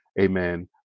Amen